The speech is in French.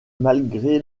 malgré